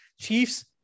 Chiefs